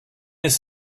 ist